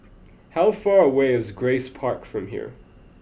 how far away is Grace Park from here